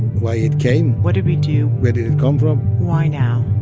why it came? what did we do? where did it come from? why now?